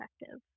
effective